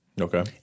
Okay